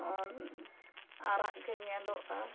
ᱟᱨᱟᱜ ᱜᱮ ᱧᱮᱞᱚᱜᱼᱟ